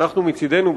שאנחנו מצדנו,